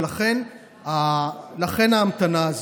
ולכן ההמתנה הזאת.